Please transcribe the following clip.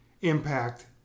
impact